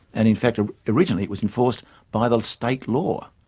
and in fact ah originally it was enforced by the state law.